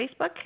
Facebook